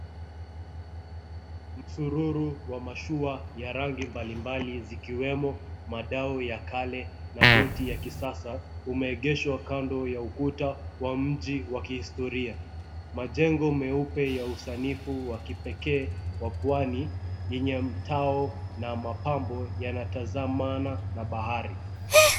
Msururu wa mashua ya rangi mbalimbali zikiwemo madau ya kale na boti ya kisasa umeegeshwa kando ya ukuta wa mji wa kihistoria. Majengo meupe ya usanifu wa kipekee wa pwani yenye mtao na mapambo yanatazamana na bahari.